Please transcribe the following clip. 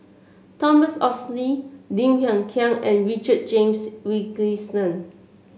Thomas Oxley Lim Hng Kiang and Richard James Wilkinson